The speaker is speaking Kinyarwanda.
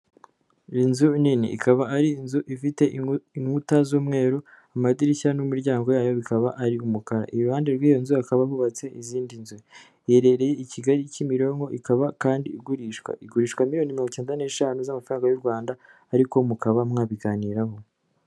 Inzu nini ikaba ari inzu ifite inkuta z'umweru, amadirishya n'imiryango yayo bikaba ari umukara, iruhande rw'iyo nzu hakaba hubatse izindi nzu. Iherereye i Kigali, Kimironko ikaba kandi igurishwa. Igurishwa miliyoni mirongo icyenda n'eshanu z'amafaranga y'u Rwanda ariko mukaba mwabiganiraho.